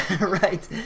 right